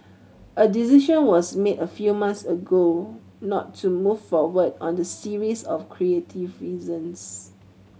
a decision was made a few months ago not to move forward on the series of creative reasons